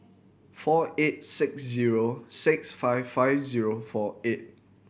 four eight six zero six five five zero four eight